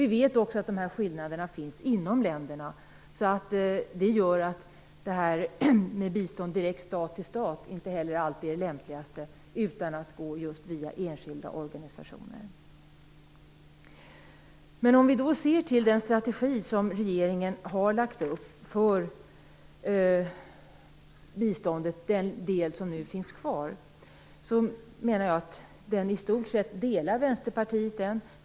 Vi vet också att dessa skillnader finns inom länderna, och det gör att bistånd direkt stat till stat inte alltid är det lämpligaste, utan att det bör gå just via enskilda organisationer. Om vi då ser till den strategi som regeringen har lagt upp för bistånd, dvs. den del som nu finns kvar, delar Vänsterpartiet i stort sett den strategin.